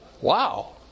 Wow